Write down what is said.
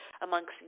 amongst